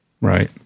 Right